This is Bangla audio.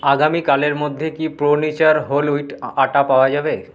আগামীকালের মধ্যে কি pro nature whole wheat atta পাওয়া যাবে